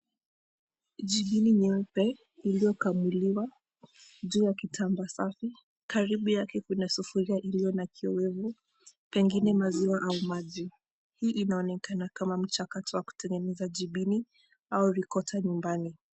Jigini nyeupe iliyokamuliwa juu ya kitambaa safi karibu yake kuna sufuria iliyo na kiwevu pengine maziwa au maji. Hii inaonekama kama mchakato wa kutengeneza jibini au rikota nyumbani.